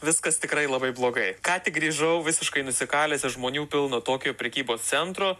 viskas tikrai labai blogai ką tik grįžau visiškai nusikalęs iš žmonių pilno tokio prekybos centro